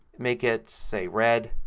make it say red,